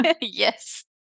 Yes